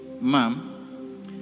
mom